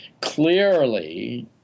clearly